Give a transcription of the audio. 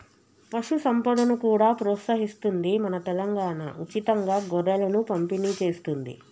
పశు సంపదను కూడా ప్రోత్సహిస్తుంది మన తెలంగాణా, ఉచితంగా గొర్రెలను పంపిణి చేస్తుంది